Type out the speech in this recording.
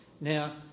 Now